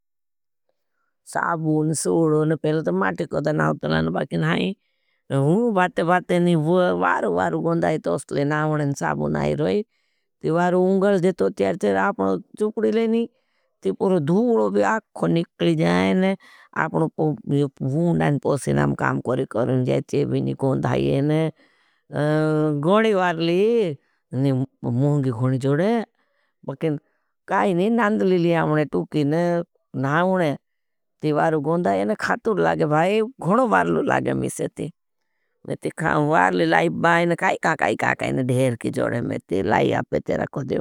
साबून सोड़ो पहले तो माठे कोड़ा नावतलान बाकिन हाई। मैं भाते-भाते नहीं, वार-वार गोंधाई तोस्तले, नावनें साबून आई रहाई। वार उंगल जेतो त्यार-त्यार आपनो चुकड़ी लेनी, ती परो धूलो भी अक्खो निकली जाएने। आपनो वुण्डाँ पोसे नाम काम कोरी करें जाए, चेवी नी गोंधाई येने, गोणे वार ली, नी मोंगी गोणी जोड़े। काई नहीं नांदली ली आउने, टूकी ने, नावने, ती वार गोंधाई येने खातूर लागे भाई। गोणो वार लू लागे मिसे ती, में ती खा, वार ली लाई बाएने। काई काई काई काई ने धेर की जोड़े, में ती लाई आपे ते रखो देवा।